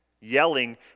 yelling